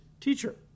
teacher